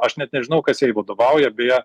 aš net nežinau kas jai vadovauja beje